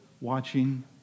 watching